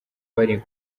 bari